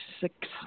six